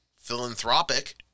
philanthropic